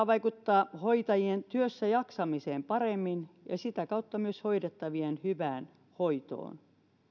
vaikuttaa hoitajien työssäjaksamiseen paremmin ja sitä kautta myös hoidettavien hyvään hoitoon